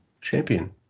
Champion